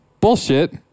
Bullshit